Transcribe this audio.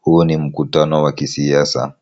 Huu ni mkutano wa kisiasa.